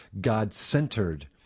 God-centered